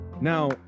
Now